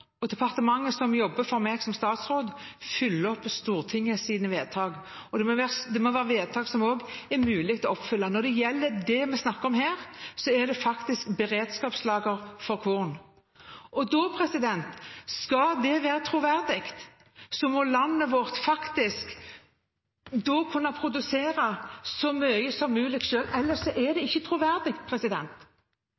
og departementet som jobber for meg som statsråd, følger opp Stortingets vedtak. Og det må være vedtak som det også er mulig å følge opp. Når det gjelder det vi snakker om her, er det beredskapslager for korn. Skal det være troverdig, må landet vårt faktisk kunne produsere så mye som mulig selv – ellers er det